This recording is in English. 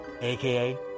aka